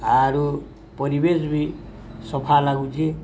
ଆରୁ ପରିବେଶ ବି ସଫା ଲାଗୁଛି